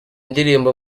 ndirimbo